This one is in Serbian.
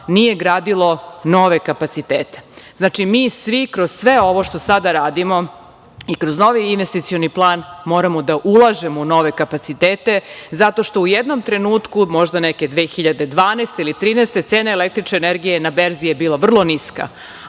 nije gradilo nove kapacitete. Znači, mi svi, kroz sve ovo što sada radimo, i kroz novi investicioni plan, moramo da ulažemo u nove kapacitete, zato što u jednom trenutku, možda neke 2012. ili 2013. godine cena električne energije na berzi je bila vrlo niska.